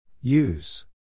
Use